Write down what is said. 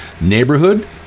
neighborhood